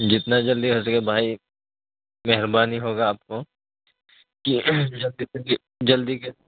جتنا جلدی ہو سکے بھائی مہربانی ہوگا آپ کو کہ جلدی جلدی کر